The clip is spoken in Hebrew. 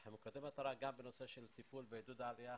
אנחנו ממוקדי מטרה גם בנושא של טיפול ועידוד העלייה,